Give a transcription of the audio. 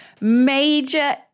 Major